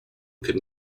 could